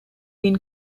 been